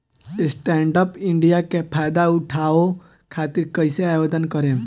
Stand up India के फाइदा उठाओ खातिर कईसे आवेदन करेम?